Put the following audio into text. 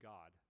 God